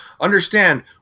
Understand